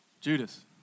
Judas